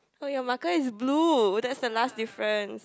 oh your marker is blue that's the last difference